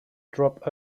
drop